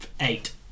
eight